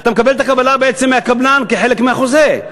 אתה מקבל את הקבלה בעצם מהקבלן כחלק מהחוזה.